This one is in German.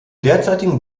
derzeitigen